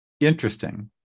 Interesting